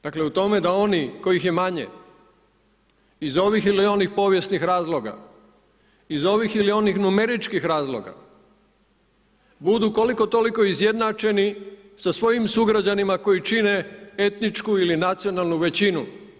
Dakle u tome da oni kojih je manje iz ovih ili onih povijesnih razloga, iz ovih ili onih numeričkih razloga budu koliko toliko izjednačeni sa svojim sugrađanima koji čine etničku ili nacionalnu većinu.